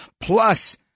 Plus